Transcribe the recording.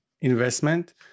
investment